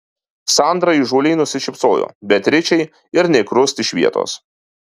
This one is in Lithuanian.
sandra įžūliai nusišypsojo beatričei ir nė krust iš vietos